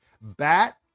Bat